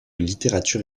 littérature